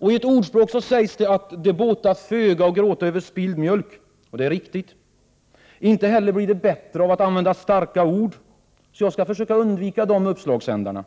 I ett ordspråk sägs att det båtar föga att gråta över spilld mjölk. Det är riktigt. Inte heller blir det bättre av att använda starka ord. Jag skall därför försöka undvika dessa uppslagsändar.